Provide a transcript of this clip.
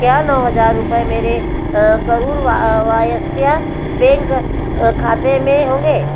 क्या नौ हज़ार रुपये मेरे करूर वा वैश्य बैंक खाते में होंगे